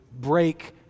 break